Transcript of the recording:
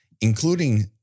including